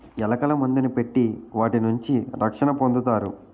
ఎలకల మందుని పెట్టి వాటి నుంచి రక్షణ పొందుతారు